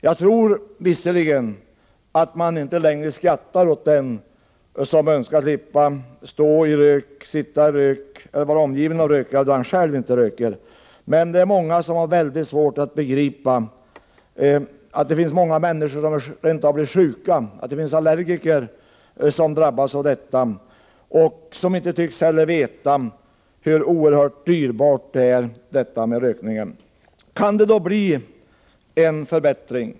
Jag tror visserligen att man inte längre skrattar åt den som inte själv röker och önskar slippa stå eller sitta i rök eller vara omgiven av rök. Men det är många som har mycket svårt att begripa att det finns många människor som rent av blir sjuka av rök, t.ex. allergiker. Dessa människor tycks inte heller veta hur oerhört dyrbar rökningen är. Kan det då bli en förbättring?